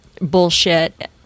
Bullshit